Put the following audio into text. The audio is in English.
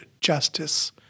justice